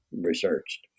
researched